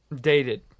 Dated